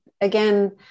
again